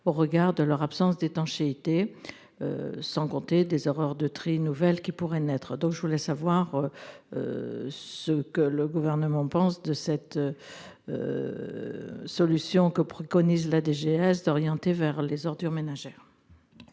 au regard de leur absence d'étanchéité. Sans compter des horreurs de tri nouvelle qui pourrait naître. Donc je voulais savoir. Ce que le gouvernement pense de cette. Solution que préconise la DGS d'orienter vers les ordures ménagères.